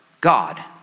God